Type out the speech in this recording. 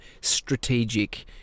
strategic